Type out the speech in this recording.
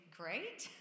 great